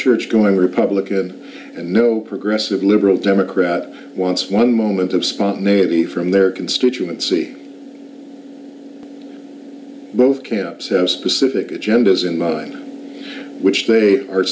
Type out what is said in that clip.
churchgoing republican and no progressive liberal democrat wants one moment of spontaneity from their constituency both camps have specific agendas in which they are